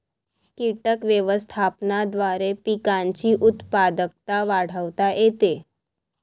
कीटक व्यवस्थापनाद्वारे पिकांची उत्पादकता वाढवता येते